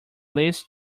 least